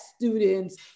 students